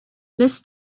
las